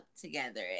together